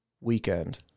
Weekend